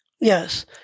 Yes